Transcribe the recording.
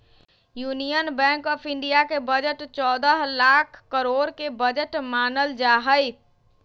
union bank of India के budget चौदह लाख करोड के बजट मानल जाहई